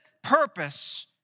purpose